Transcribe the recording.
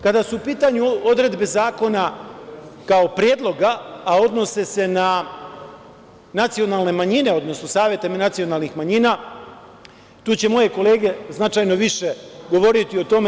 Kada su u pitanju odredbe zakona kao predloga, a odnose se na nacionalne manjine, odnosno savete nacionalnih manjina, tu će moje kolege značajno više govoriti o tome.